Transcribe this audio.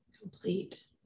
complete